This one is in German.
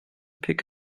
pkw